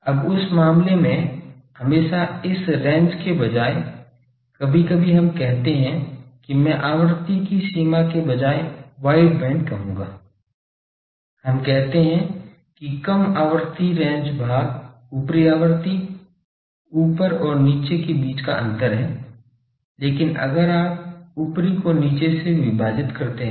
अब उस मामले में हमेशा इस रेंज के बजाय कभी कभी हम कहते हैं कि मैं आवृत्ति की सीमा के बजाय वाइड बैंड कहूंगा हम कहते हैं कि कम आवृत्ति रेंज भाग ऊपरी आवृत्ति ऊपर और निचे के बीच का अंतर है लेकिन अगर आप ऊपरी को निचे से विभाजित करते हैं